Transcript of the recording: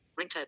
Ringtone